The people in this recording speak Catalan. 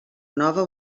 nova